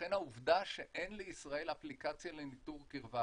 לכן העובדה שאין לישראל אפליקציה לניטור קירבה,